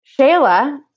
Shayla